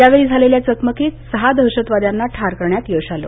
यावेळी झालेल्या चकमकीत सहा दहशतवाद्यांना ठार करण्यात यश आलं